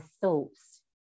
thoughts